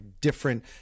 different